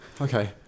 Okay